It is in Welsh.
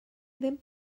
ddim